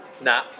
Nah